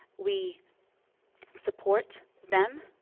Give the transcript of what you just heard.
we support them.